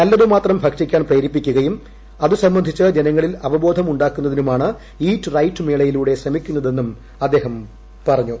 നല്ലതു മാത്രം ഭക്ഷിക്കാൻ പ്രേരിപ്പിക്കുകയും അത് സംബന്ധിച്ച് ജനങ്ങളിൽ അവബോധം ഉണ്ടാക്കുന്ന്തിനുമാണ് ഇറ്റ് റൈറ്റ് മേളയിലൂടെ ശ്രമിക്കുന്നതെന്നും അദ്ദേഹം പറഞ്ഞു